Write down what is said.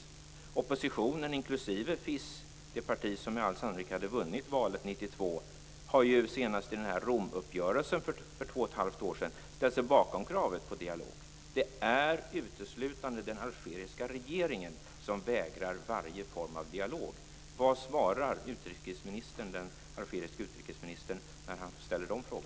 Oppositionen inklusive FIS - det parti som sannolikt hade vunnit valet 1992 - har senast i Romuppgörelsen för två och ett halvt år sedan ställt sig bakom kravet på en dialog. Det är uteslutande den algeriska regeringen som vägrar varje form av dialog. Vad svarar utrikesministern den algeriske utrikesministern när han ställer dessa frågor?